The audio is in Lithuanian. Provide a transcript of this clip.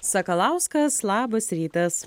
sakalauskas labas rytas